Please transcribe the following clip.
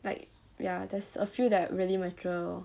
like ya there's a few that are really mature